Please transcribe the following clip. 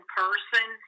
person